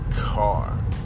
car